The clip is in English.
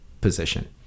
position